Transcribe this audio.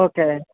okay